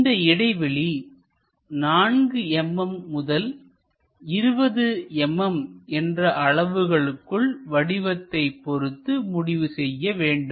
இந்த இடைவெளி 4 mm முதல் 20 mm என்ற அளவுகளுக்குள் வடிவத்தைப் பொறுத்து முடிவு செய்ய வேண்டும்